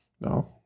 No